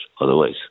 otherwise